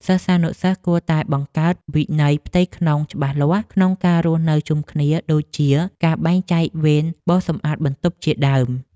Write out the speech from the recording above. សិស្សានុសិស្សគួរតែបង្កើតវិន័យផ្ទៃក្នុងច្បាស់លាស់ក្នុងការរស់នៅជុំគ្នាដូចជា ការបែងចែកវេនបោសសម្អាតបន្ទប់ជាដើម។